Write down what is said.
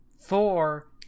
Thor